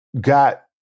got